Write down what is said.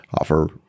offer